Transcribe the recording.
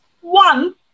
One